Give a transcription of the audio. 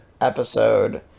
episode